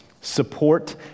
support